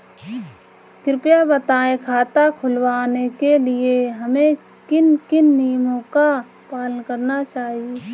कृपया बताएँ खाता खुलवाने के लिए हमें किन किन नियमों का पालन करना चाहिए?